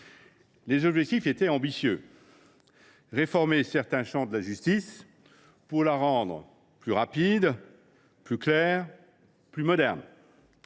Les objectifs étaient ambitieux : réformer certains champs de notre justice pour la rendre « plus rapide, plus claire, plus moderne